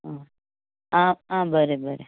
आं आं बरें बरें